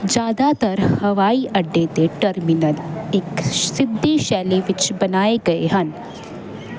ਜ਼ਿਆਦਾਤਰ ਹਵਾਈ ਅੱਡੇ ਦੇ ਟਰਮੀਨਲ ਇੱਕ ਸਿੱਧੀ ਸ਼ੈਲੀ ਵਿੱਚ ਬਣਾਏ ਗਏ ਹਨ